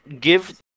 give